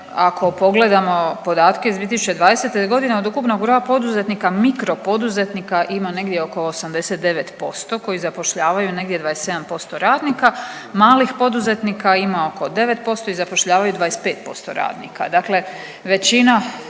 ako pogledamo podatke iz 2020. godine od ukupnog broja poduzetnika, mikro poduzetnika ima negdje oko 89% koji zapošljavaju negdje 27% radnika. Malih poduzetnika ima oko 9% i zapošljavaju 25% radnika.